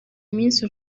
iminsi